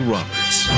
Roberts